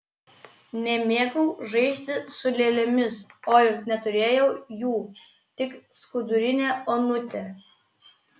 nemėgau žaisti su lėlėmis o ir neturėjau jų tik skudurinę onutę